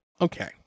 Okay